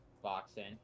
boxing